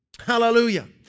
Hallelujah